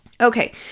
Okay